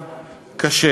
צמד.